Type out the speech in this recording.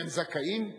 והם זכאים?